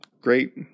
great